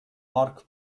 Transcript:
marc